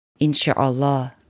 Insha'Allah